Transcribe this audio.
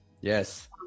Yes